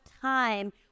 time